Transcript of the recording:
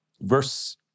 verse